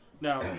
Now